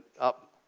up